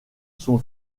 son